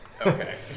Okay